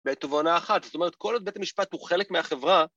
בעת ובעונה אחת. זאת אומרת, כל עוד בית המשפט הוא חלק מהחברה.